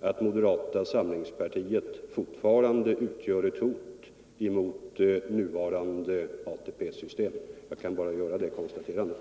att moderata samlingspartiet fortfarande utgör ett hot mot nuvarande ATP-system. Jag kan bara göra det konstaterandet.